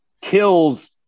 kills